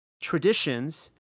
traditions